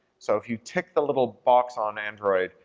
so if you tick the little box on android,